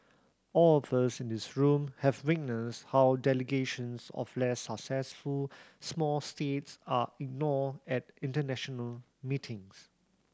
all of us in this room have witnessed how delegations of less successful small states are ignored at international meetings